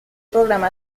programa